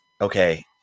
Okay